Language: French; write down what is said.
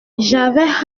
j’avais